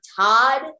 Todd